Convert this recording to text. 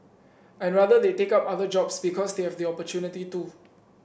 I rather they take up other jobs because they have the opportunity to